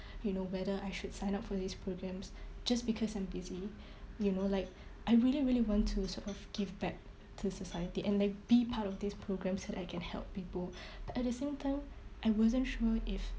you know whether I should sign up for these programs just because I'm busy you know like I really really want to sort of give back to society and like be part of this program so that I can help people but at the same time I wasn't sure if